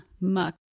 muck